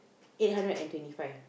eight hundred and twenty five